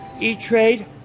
E-Trade